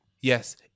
Yes